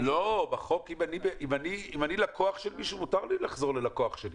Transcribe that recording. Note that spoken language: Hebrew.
בחוק, מותר לי לחזור ללקוח שלי.